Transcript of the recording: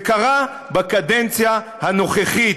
זה קרה בקדנציה הנוכחית,